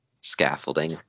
scaffolding